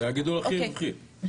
זה הגידול הכי רווחי.